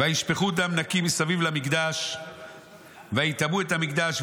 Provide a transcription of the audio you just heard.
"וישפכו דם נקי מסביב למקדש ויטמאו את המקדש.